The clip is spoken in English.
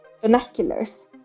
vernaculars